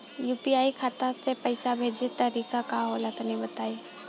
UPI खाता से पइसा भेजे के तरीका का होला तनि बताईं?